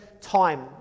time